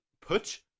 put